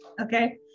Okay